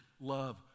love